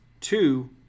Two